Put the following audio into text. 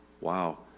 Wow